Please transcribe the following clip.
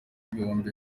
ibihumbi